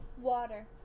Water